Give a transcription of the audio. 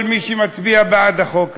כל מי שמצביעים בעד החוק הזה: